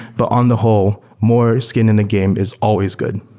but on the whole, more skin in the game is always good.